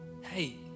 Hey